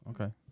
Okay